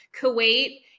Kuwait